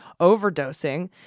overdosing